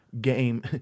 game